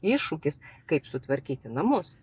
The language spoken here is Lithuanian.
iššūkis kaip sutvarkyti namus